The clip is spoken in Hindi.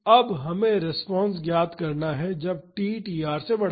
अब हमें रिस्पांस ज्ञात करना है जब t tr से बड़ा हो